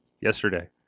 Yesterday